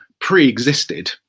pre-existed